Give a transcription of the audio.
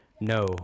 no